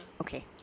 okay